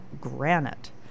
granite